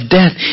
death